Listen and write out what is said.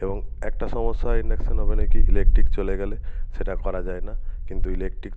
এবং একটা সমস্যা হয় ইনডাকশান ওভেনে কী ইলেকট্রিক চলে গেলে সেটা করা যায় না কিন্তু ইলেকট্রিক